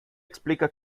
explica